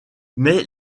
mais